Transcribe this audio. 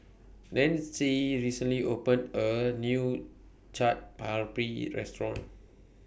Nanci recently opened A New Chaat Papri Restaurant